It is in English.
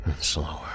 Slower